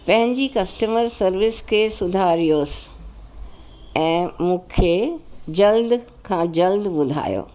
पहिंजी customer service खे सुधारयोसि ऐं मूंखे जल्द खां जल्द ॿुधायो